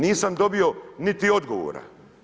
Nisam dobio niti odgovora.